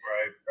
Right